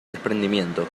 desprendimiento